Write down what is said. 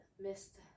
missed